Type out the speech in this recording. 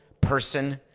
person